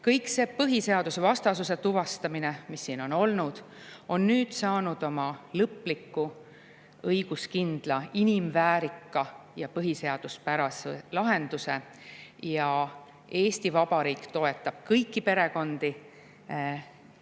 kõik see põhiseadusvastasuse tuvastamine, mis siin on olnud, on nüüd saanud oma lõpliku, õiguskindla, inimväärika ja põhiseaduspärase lahenduse. Eesti Vabariik toetab kõiki perekondi,